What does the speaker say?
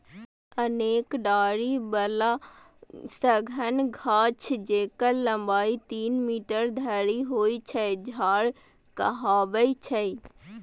अनेक डारि बला सघन गाछ, जेकर लंबाइ तीन मीटर धरि होइ छै, झाड़ कहाबै छै